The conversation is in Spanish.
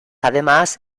además